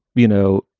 you know,